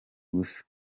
gusa